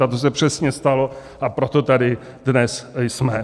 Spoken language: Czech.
A to se přesně stalo, a proto tady dnes jsme.